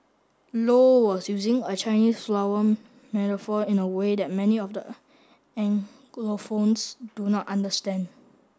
low was using a Chinese flower metaphor in a way that many of the Anglophones do not understand